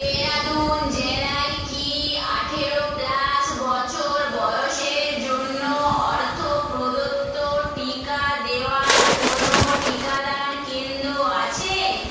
দেরাদুন জেলায় কি আঠেরো প্লাস বছর বয়সের জন্য অর্থপ্রদত্ত টিকা দেওয়ার কোনও টিকাদান কেন্দ্র আছে